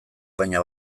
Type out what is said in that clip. baina